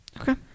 Okay